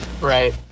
Right